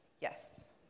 yes